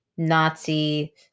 nazi